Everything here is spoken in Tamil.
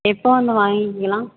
எப்போ வந்து வாங்கிக்கலாம்